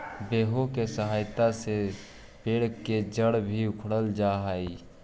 backhoe के सहायता से पेड़ के जड़ के भी उखाड़ल जा हई